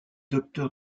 docteur